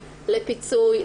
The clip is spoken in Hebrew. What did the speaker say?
לפיצוי,